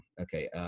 Okay